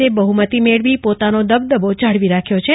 એ બહ્મતી મેળવી પોતાનો દબદબો જાળવી રાખ્યો છે